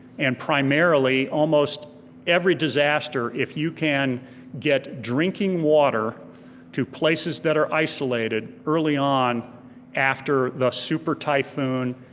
and primarily almost every disaster, if you can get drinking water to places that are isolated early on after the super typhoon,